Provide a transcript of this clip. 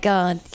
God